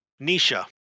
Nisha